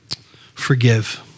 Forgive